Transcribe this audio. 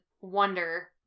wonder